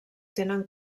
tenen